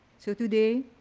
so today,